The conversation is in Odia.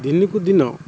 ଦିନକୁ ଦିନ